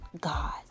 God